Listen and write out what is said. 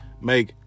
make